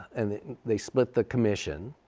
and they they split the commission,